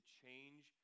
change